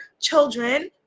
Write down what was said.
children